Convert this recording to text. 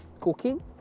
cooking